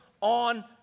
on